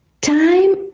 time